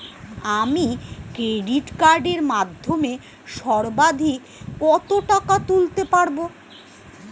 আমি ক্রেডিট কার্ডের মাধ্যমে সর্বাধিক কত টাকা তুলতে পারব?